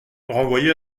renvoyer